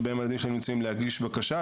שבהם הילדים שלהם נמצאים להגיש בקשה,